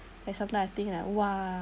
like sometime I think like !wah!